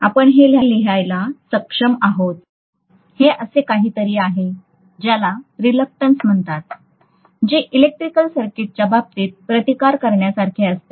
म्हणूनच हे असे काहीतरी आहे ज्याला रीलक्टंस म्हणतात जे इलेक्ट्रिक सर्किटच्या बाबतीत प्रतिकार करण्यासारखे असते